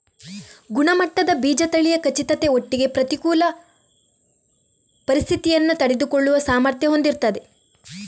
ಗುಣಮಟ್ಟದ ಬೀಜ ತಳಿಯ ಖಚಿತತೆ ಒಟ್ಟಿಗೆ ಪ್ರತಿಕೂಲ ಪರಿಸ್ಥಿತಿಯನ್ನ ತಡೆದುಕೊಳ್ಳುವ ಸಾಮರ್ಥ್ಯ ಹೊಂದಿರ್ತದೆ